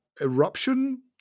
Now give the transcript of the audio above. eruption